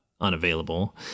unavailable